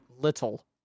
Little